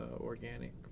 organic